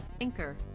Anchor